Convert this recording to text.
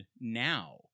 now